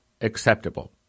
acceptable